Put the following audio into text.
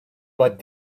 but